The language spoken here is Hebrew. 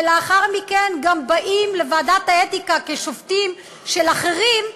ולאחר מכן גם באים לוועדת האתיקה כשופטים של אחרים,